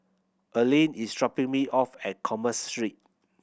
Erlene is dropping me off at Commerce Street